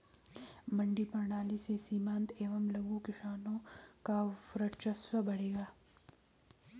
मंडी प्रणाली से सीमांत एवं लघु किसानों का वर्चस्व बढ़ेगा